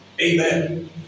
Amen